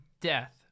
death